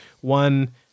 one